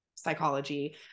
psychology